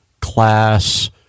class